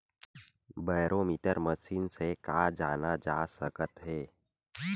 Barometer machine से का जाना जा सकत हे?